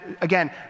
again